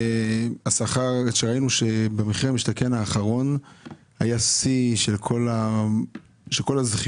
ראינו שבמחיר למשתכן האחרון היה שיא של כל הזכיות